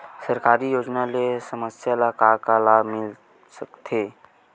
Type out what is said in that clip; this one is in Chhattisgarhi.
सरकारी योजना ले समस्या ल का का लाभ मिल सकते?